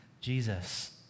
Jesus